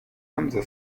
hanse